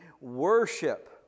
worship